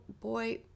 boy